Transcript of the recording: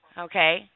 Okay